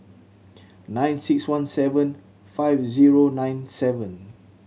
nine six one seven five zero nine seven